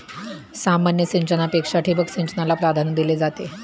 सामान्य सिंचनापेक्षा ठिबक सिंचनाला प्राधान्य दिले जाते